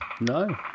No